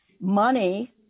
money